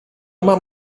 mam